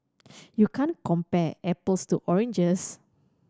you can't compare apples to oranges